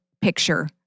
picture